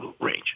range